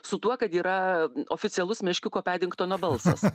su tuo kad yra oficialus meškiuko pedingtono balsas